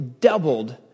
doubled